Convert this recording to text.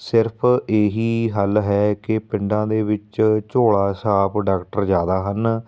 ਸਿਰਫ਼ ਇਹੀ ਹੱਲ ਹੈ ਕਿ ਪਿੰਡਾਂ ਦੇ ਵਿੱਚ ਝੋਲਾ ਛਾਪ ਡਾਕਟਰ ਜ਼ਿਆਦਾ ਹਨ